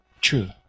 true